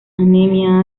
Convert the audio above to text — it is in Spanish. anemia